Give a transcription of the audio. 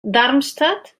darmstadt